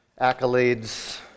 accolades